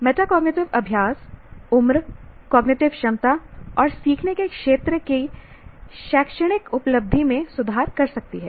metacognitive अभ्यास उम्र cognitive क्षमता और सीखने के क्षेत्र की शैक्षणिक उपलब्धि में सुधार कर सकती है